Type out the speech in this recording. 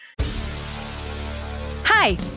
Hi